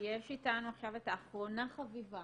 יש איתנו עכשיו את האחרונה חביבה,